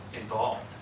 involved